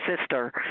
sister